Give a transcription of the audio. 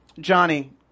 Johnny